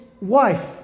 wife